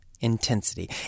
Intensity